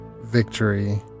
Victory